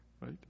Right